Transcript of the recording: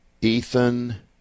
Ethan